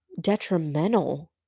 detrimental